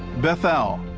bethel,